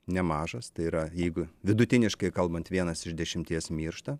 nemažas tai yra jeigu vidutiniškai kalbant vienas iš dešimties miršta